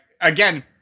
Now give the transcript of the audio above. again